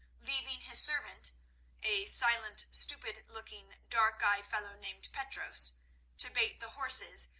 leaving his servant a silent, stupid-looking, dark-eyed fellow named petros to bait the horses,